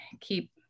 keep